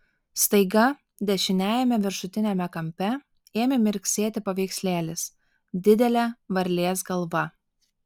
staiga dešiniajame viršutiniame kampe ėmė mirksėti paveikslėlis didelė varlės galva